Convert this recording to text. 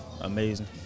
amazing